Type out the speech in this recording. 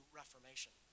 reformation